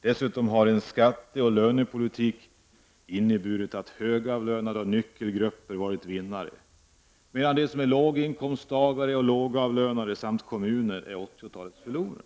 Dessutom har skatteoch lönepolitiken inneburit att högavlönade och nyckelgrupper varit vinnare, medan låginkomsttagare och lågavlönade samt kommunerna är 80-talets förlorare.